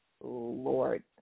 Lord